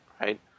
right